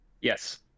Yes